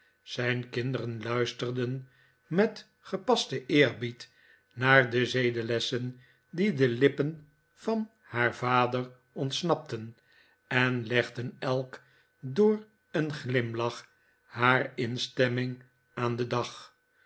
zijn kinderen luisterden met gepasten eerbied naar de zedenlessen die de lippen van haar vader ontsnapten en legden elk door een glimlach haar instemming aan den dag